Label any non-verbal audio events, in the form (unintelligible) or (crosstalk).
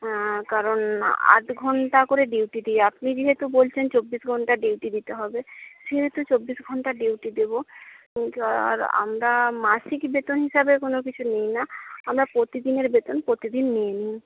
কারন আট ঘন্টা করে ডিউটি দিই আপনি যেহেতু বলছেন চব্বিশ ঘন্টা ডিউটি দিতে হবে সেহেতু চব্বিশ ঘন্টা ডিউটি দেবো (unintelligible) আমরা মাসিক বেতন হিসাবে কোনো কিছু নিই না আমরা প্রতিদিনের বেতন প্রতিদিন নিয়ে নিই